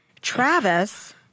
Travis